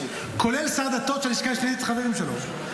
כולל שר דתות שהלשכה המשפטית חברים שלו,